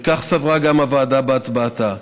וכך סברה גם הוועדה בהצבעתה.